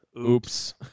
Oops